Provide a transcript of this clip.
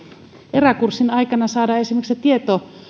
eräkurssin aikana saadaan esimerkiksi se tieto